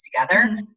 together